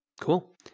Cool